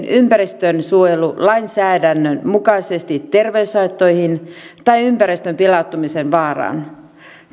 ympäristönsuojelulainsäädännön mukaisesti terveyshaittoihin tai ympäristön pilaantumisen vaaraan